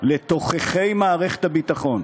לתוככי מערכת הביטחון,